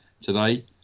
today